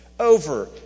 over